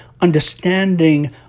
understanding